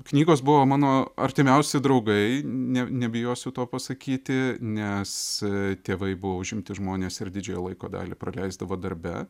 knygos buvo mano artimiausi draugai ne nebijosiu to pasakyti nes tėvai buvo užimti žmonės ir didžiąją laiko dalį praleisdavo darbe